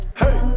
hey